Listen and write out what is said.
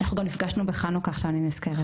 אנחנו גם נפגשנו בחנוכה, עכשיו אני נזכרת.